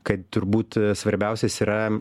kad turbūt svarbiausias yra